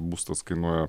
būstas kainuoja